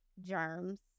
germs